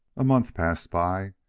a month passed by,